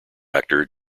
actor